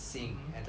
mmhmm